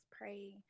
pray